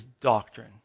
doctrine